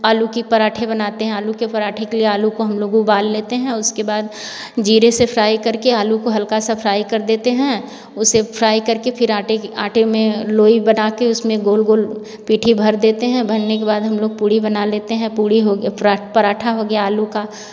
आलू के पराठे बनाते हैं आलू के पराठे के लिए आलू को हम लोग उबाल लेते हैं उसके बाद जीरे से फ्राई करके आलू को हल्का सा फ्राई कर देते हैं उसे फ्राई करके फिर आटे की आटे में लोई बनाके उसमें गोल गोल पेठी भर देते हैं भरने के बाद हम लोग पूरी बना लेते हैं पूरी हो गया पराठा हो गया आलू का